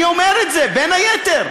אני אומר את זה, בין היתר,